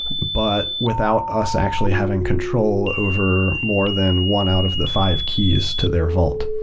but without us actually having control over more than one out of the five keys to their vault.